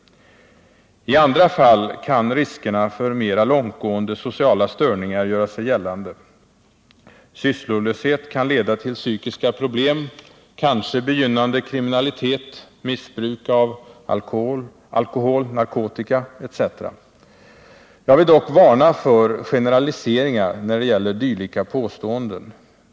I andra fall kan riskerna för mera långtgående sociala störningar göra sig gällande. Sysslolöshet kan leda till psykiska problem, kanske begynnande kriminalitet, missbruk av alkohol och narkotika etc. Jag vill dock varna för generaliseringar när det gäller dylika påståenden.